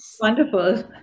wonderful